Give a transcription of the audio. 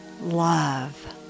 love